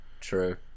True